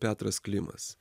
petras klimas